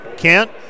Kent